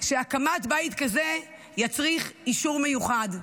שהקמת בית כזה יצריך אישור מיוחד.